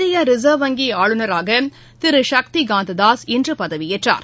இந்தியரிசர்வ் வங்கிஆளுநராகதிருசக்திகாந்ததாஸ் இன்றுபதவியேற்றார்